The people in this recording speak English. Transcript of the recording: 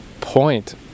point